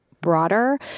broader